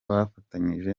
bafatanyije